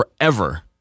forever